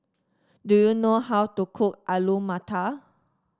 do you know how to cook Alu Matar